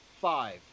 five